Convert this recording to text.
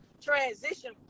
transition